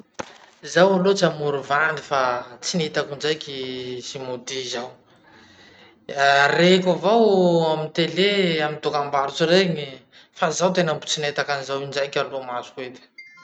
Zaho aloha tsy hamoro vandy fa tsy nihitako indraiky smoothie zao. Reko avao amy tele, amy dokam-barotsy regny fa zaho tena mbo tsy nahita anizao indraiky aloha masoko eto.